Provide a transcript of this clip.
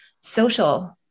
social